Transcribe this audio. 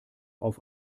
auf